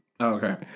Okay